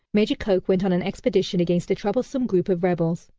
major coke went on an expedition against a troublesome group of rebels,